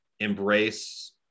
Embrace